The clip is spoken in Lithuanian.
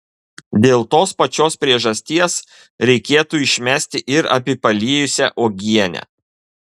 dėl tos pačios priežasties reikėtų išmesti ir apipelijusią uogienę